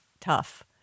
tough